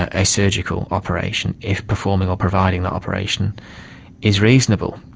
a surgical operation if performing or providing the operation is reasonable,